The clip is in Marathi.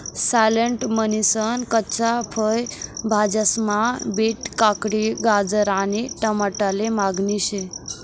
सॅलड म्हनीसन कच्च्या फय भाज्यास्मा बीट, काकडी, गाजर आणि टमाटाले मागणी शे